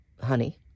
honey